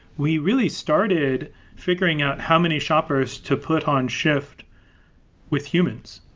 we really started figuring out how many shoppers to put on shift with humans,